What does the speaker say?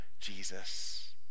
Jesus